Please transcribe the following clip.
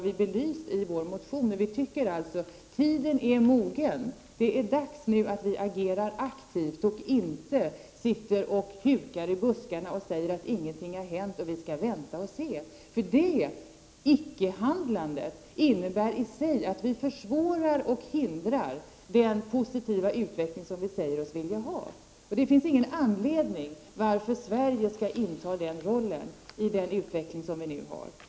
Vi anser alltså att tiden är mogen. Det är nu dags för oss att agera aktivt i stället för att sitta och huka i buskarna och säga att inget har hänt och att vi skall vänta och se. Detta icke-handlande innebär i sig att vi försvårar och hindrar den positiva utveckling vi säger oss vilja ha. Det finns ingen anledning för Sverige att inta den rollen i den utveckling som nu sker.